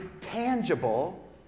tangible